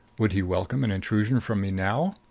would he welcome an intrusion from me now?